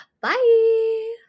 Bye